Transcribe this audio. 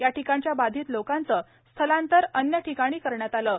या ठिकाणच्या बाधित लोकांचे स्थलांतर अन्य ठिकाणी करण्यात आले आहे